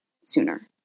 sooner